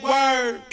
Word